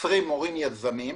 20 מורים יזמים.